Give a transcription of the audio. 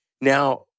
Now